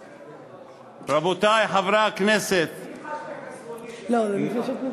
רבה לחברי הנגדה ששמו לב,